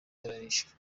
yarishwe